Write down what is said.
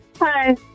Hi